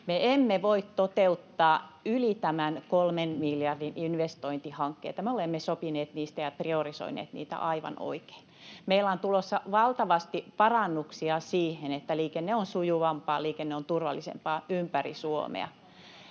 Me emme voi toteuttaa yli tämän kolmen miljardin investointihankkeita. Me olemme sopineet niistä ja priorisoineet niitä aivan oikein. Meillä on tulossa valtavasti parannuksia siihen, että liikenne on sujuvampaa, liikenne on turvallisempaa ympäri Suomea.